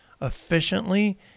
efficiently